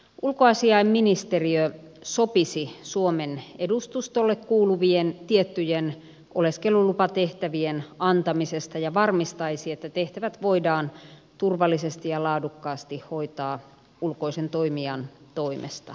ulkoasiainministeriö sopisi suomen edustustolle kuuluvien tiettyjen oleskelulupatehtävien antamisesta ja varmistaisi että tehtävät voidaan turvallisesti ja laadukkaasti hoitaa ulkoisen toimijan toimesta